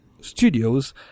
Studios